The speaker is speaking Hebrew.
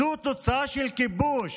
זו תוצאה של כיבוש.